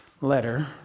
letter